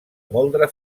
moldre